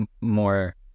more